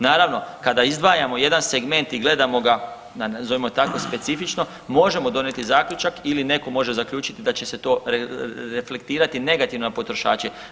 Naravno kada izdvajamo jedan segment i gledamo ga nazovimo tako specifično možemo donijeti zaključak ili netko može zaključiti da će se to reflektirati negativno na potrošače.